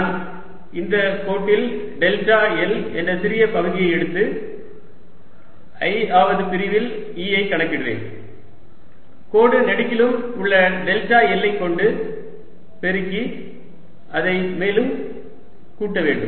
நான் இந்த கோட்டில் டெல்டா l என்ற சிறிய பகுதியை எடுத்து i ஆவது பிரிவில் E ஐ கணக்கிடுவேன் கோடு நெடுகிலும் உள்ள டெல்டா l ஐ கொண்டு பெருக்கி மேலும் அதை கூட்ட வேண்டும்